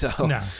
No